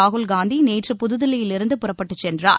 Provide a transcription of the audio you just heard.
ராகுல்காந்தி நேற்று புதுதில்லியிலிருந்து புறப்பட்டுச் சென்றார்